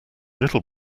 little